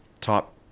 top